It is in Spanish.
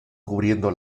cubriendo